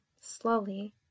slowly